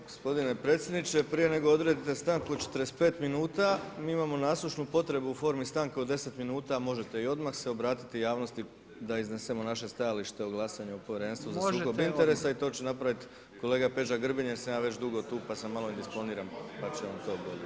Gospodine predsjedniče, prije nego odredite stanku od 45 minuta, mi imamo nasušnu potrebu u formi stanke od 10 minuta, možete i odmah se obratiti javnosti da iznesemo naše stajalište o glasanju o Povjerenstvu za sukob interesa i [[Upadica Jandroković: možete odmah.]] to će napraviti kolega Peđa Grbin jer sam ja već dugo tu pa sam malo indisponiran, pa će on to bolje.